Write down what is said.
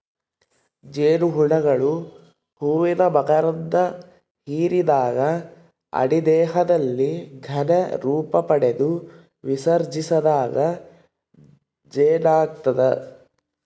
ಜೇನುಹುಳುಗಳು ಹೂವಿನ ಮಕರಂಧ ಹಿರಿದಾಗ ಅಡಿ ದೇಹದಲ್ಲಿ ಘನ ರೂಪಪಡೆದು ವಿಸರ್ಜಿಸಿದಾಗ ಜೇನಾಗ್ತದ